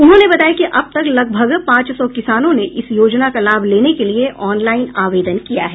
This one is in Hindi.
उन्होंने बताया कि अब तक लगभग पांच सौ किसानों ने इस योजना का लाभ लेने के लिए ऑन लाईन आवेदन किया है